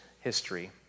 history